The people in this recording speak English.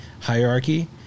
hierarchy